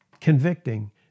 convicting